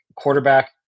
quarterback